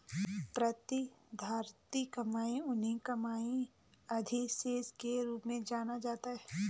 प्रतिधारित कमाई उन्हें कमाई अधिशेष के रूप में भी जाना जाता है